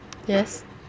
yes